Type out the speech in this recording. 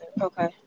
Okay